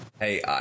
Hey